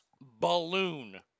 balloon